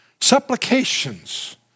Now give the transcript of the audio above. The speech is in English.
Supplications